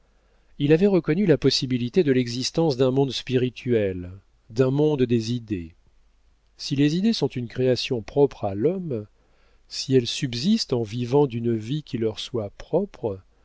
il avait reconnu la possibilité de l'existence d'un monde spirituel d'un monde des idées si les idées sont une création propre à l'homme si elles subsistent en vivant d'une vie qui leur soit propre